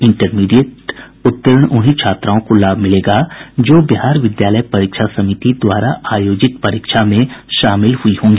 intermediate उत्तीर्ण उन्हीं छात्राओं को लाभ मिलेगा जो बिहार विद्यालय परीक्षा समिति द्वारा आयोजित परीक्षा में शामिल हुई होंगी